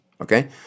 Okay